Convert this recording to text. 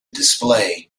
display